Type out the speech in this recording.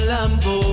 Lambo